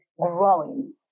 growing